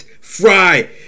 fry